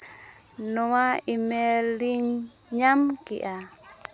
ᱱᱚᱣᱟ ᱤᱼᱢᱮᱞ ᱤᱧ ᱧᱟᱢ ᱠᱮᱜᱼᱟ